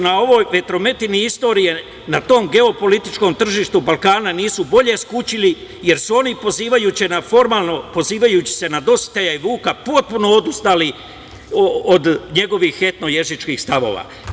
Na ovoj vetrometini istorije, na tom geopolitičkom tržištu Balkana nisu bolje skućili, jer su oni pozivajući se na Dositeja i Vuka potpuno odustali od njegovih etno-jezičkih stavova.